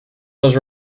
was